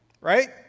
right